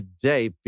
today